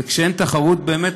וכשאין תחרות באמת,